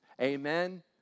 Amen